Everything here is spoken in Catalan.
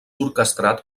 orquestrat